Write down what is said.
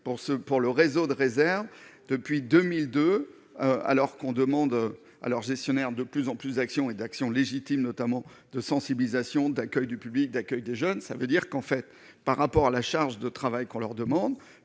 pour le réseau de réserve depuis 2002, alors qu'on demande alors gestionnaire de plus en plus d'actions et d'actions légitimes, notamment de sensibilisation d'accueil du public d'accueil des jeunes, ça veut dire qu'en fait par rapport à la charge de travail qu'on leur demande